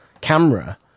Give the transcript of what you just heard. camera